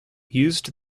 used